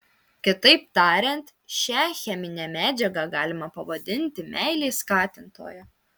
kitaip tariant šią cheminę medžiagą galima pavadinti meilės skatintoja